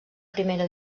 primera